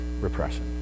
repression